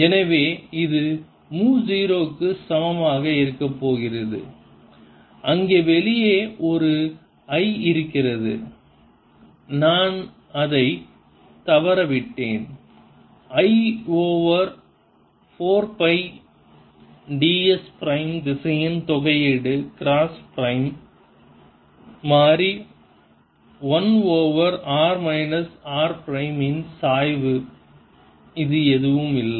எனவே இது மு 0 க்கு சமமாக இருக்கப் போகிறது அங்கே வெளியே ஒரு I இருக்கிறது நான் அதை தவறவிட்டேன் I over 4 pi ds prime திசையன் தொகையீடு கிராஸ் பிரைம் மாறி 1 over r minus r prime இன் சாய்வு இது எதுவும் இல்லை